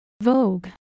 Vogue